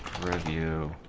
review